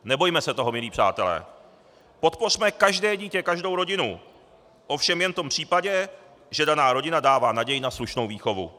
Nebojme se toho, milí přátelé, podpořme každé dítě, každou rodinu, ovšem jen v tom případě, že daná rodina dává naději na slušnou výchovu.